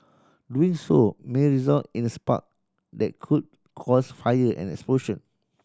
doing so may result in a spark that could cause fire and explosion